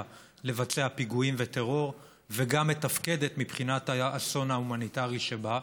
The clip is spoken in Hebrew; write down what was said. לבצע פיגועים וטרור וגם מתפקדת מבחינת האסון ההומניטרי שבה.